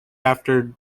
after